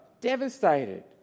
devastated